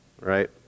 right